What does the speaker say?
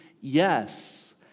yes